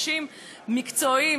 אנשים מקצועיים,